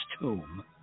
Tomb